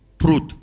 Truth